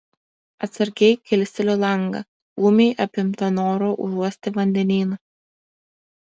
atsargiai kilsteliu langą ūmiai apimta noro užuosti vandenyną